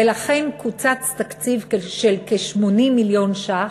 ולכן קוצץ תקציב של כ-80 מיליון שקלים,